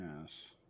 Yes